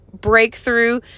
breakthrough